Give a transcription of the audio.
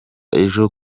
ejo